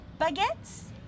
baguettes